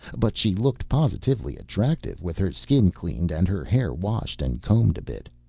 but she looked positively attractive with her skin cleaned and her hair washed and combed a bit.